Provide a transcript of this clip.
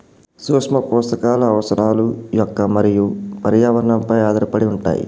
సూక్ష్మపోషకాల అవసరాలు మొక్క మరియు పర్యావరణంపై ఆధారపడి ఉంటాయి